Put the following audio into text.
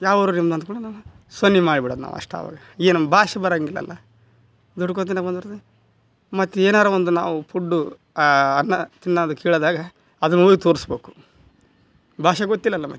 ಯಾವ ಊರು ನಿಮ್ಮದು ಅಂದ ಕೂಡಲೇ ನಾವು ಸನ್ನೆ ಮಾಡಿ ಬಿಡೋದ್ ನಾವು ಅಷ್ಟೆ ಅವಾಗ ಈ ನಮ್ಗೆ ಭಾಷೆ ಬರೋಂಗಿಲ್ಲಲ್ಲ ದುಡುಕೋ ತಿನ್ನಕ್ಕೆ ಬಂದಿರ್ತೀವಿ ಮತ್ತು ಏನಾರೂ ಒಂದು ನಾವು ಫುಡ್ಡು ಅನ್ನ ತಿನ್ನೋದು ಕೇಳಿದಾಗ ಅದನ್ನ ಹೋಗಿ ತೋರ್ಸ್ಬೇಕು ಭಾಷೆ ಗೊತ್ತಿಲ್ಲಲ್ಲ ಮತ್ತೆ